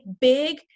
big